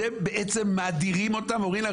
אתם בעצם מדירים אותם ואומרים להם,